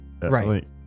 Right